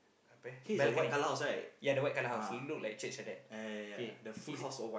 apa balcony yeah the white colour house look like church like that